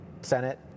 Senate